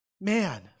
Man